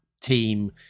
team